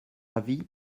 avis